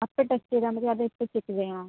അപ്പോൾ ടെസ്റ്റ് ചെയ്താൽമതിയോ അതോ ഇപ്പം ചെക്ക് ചെയ്യണോ